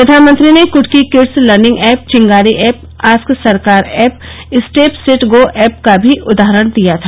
प्रधानमंत्री ने Kutuki kids learning app Chingari app ask Sarkar app step set go app का भी उदाहरण दिया था